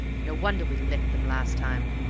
no wonder we licked them last time!